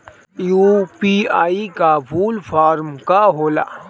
UPI का full form का होला?